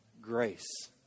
Grace